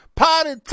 party